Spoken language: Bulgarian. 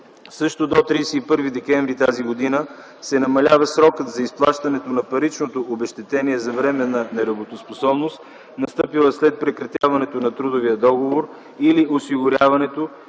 Също до 31 декември т.г. се намалява срокът за изплащането на паричното обезщетение за временна нетрудоспособност, настъпила след прекратяване на трудовия договор или осигуряването,